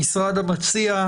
המשרד המציע,